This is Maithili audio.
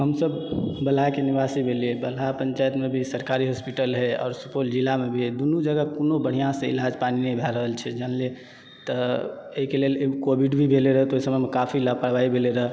हम सब बलहा के निवासी भेलिये बलहा पंचायतमे जे सरकारी हॉस्पिटल हय और सुपौल जिलामे जे दुनू जगह कोनो बढ़िऑं सऽ इलाज पानी नहि भय रहल छै जानलियै तऽ ओहिके लेल कोबिड भी भेल रहै तऽ ओहि समयमे काफी लापरवाही भेल रहै